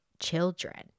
children